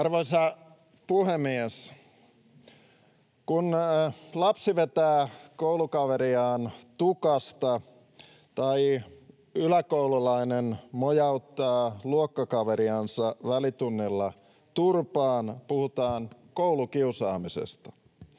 Arvoisa puhemies! Kun lapsi vetää koulukaveriaan tukasta tai yläkoululainen mojauttaa luokkakaveriansa välitunnilla turpaan, puhutaan koulukiusaamisesta.